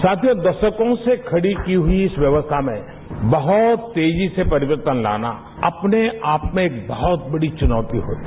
साथियों दशकों से खड़ी की हुई इस व्यवस्था में बहुत तेजी से परिवर्तन लाना अपने आप में एक बहुत बड़ी चुनौती होगी